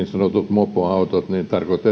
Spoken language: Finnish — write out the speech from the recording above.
mopoautot niin se tarkoittaa sitä että